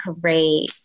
Great